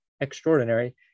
extraordinary